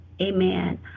amen